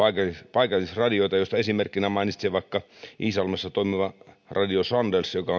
paikallisradioita joista esimerkkinä mainitsen vaikka iisalmessa toimivan radio sandelsin joka